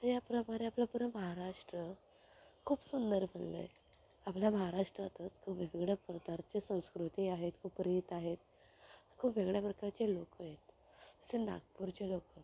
तर या प्रमाणे आपला पूर्ण महाराष्ट्र खूप सुंदर बनलंय आपल्या महाराष्ट्रातच खूप वेगवेगळ्या प्रकारचे संस्कृती आहेत खूप रीत आहेत खूप वेगळ्या प्रकारचे लोक आहेत तसं नागपूरचे लोक